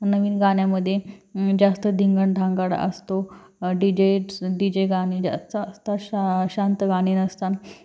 नवीन गाण्यामध्ये जास्त दिंगडधांगडा असतो डी जे स डी जे गाणे जास्त असतात शां शांत गाणे नसतात